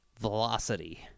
velocity